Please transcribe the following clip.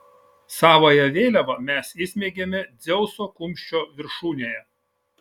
savąją vėliavą mes įsmeigėme dzeuso kumščio viršūnėje